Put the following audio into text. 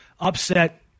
upset